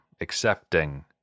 accepting